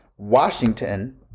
Washington